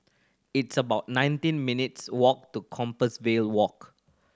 it's about nineteen minutes' walk to Compassvale Walk